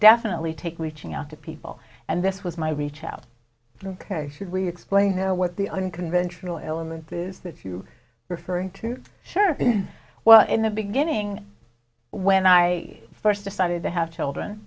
definitely take reaching out to people and this was my reach out ok should we explain you know what the unconventional element is with you referring to sure well in the beginning when i first decided to have children